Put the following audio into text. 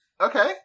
Okay